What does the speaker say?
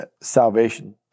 salvation